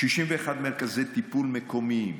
61 מרכזי טיפול מקומיים.